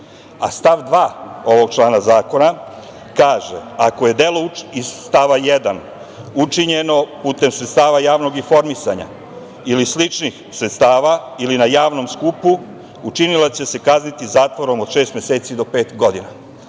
2. ovog člana zakona kaže – ako je delo iz stava 1. učinjeno putem sredstava javnog informisanja ili sličnih sredstava ili na javnom skupu učinilac će se kazniti zatvorom od šest meseci do pet godina. Ne